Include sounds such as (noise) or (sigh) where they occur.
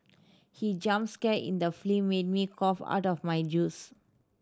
he jump scare in the (unintelligible) made me cough out my juice